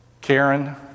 Karen